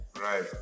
Right